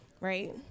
right